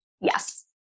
Yes